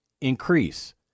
increase